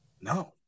No